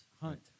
Hunt